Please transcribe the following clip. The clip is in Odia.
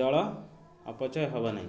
ଜଳ ଅପଚୟ ହବ ନାହିଁ